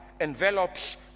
envelops